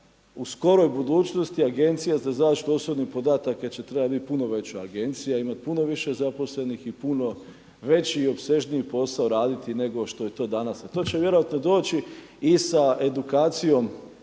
u skoroj budućnosti Agencija za zaštitu osobnih podataka će trebati biti puno veća agencija, imati puno više zaposlenih i puno veći i opsežniji posao raditi nego što je to danas, a to će vjerojatno doći i sa edukacijom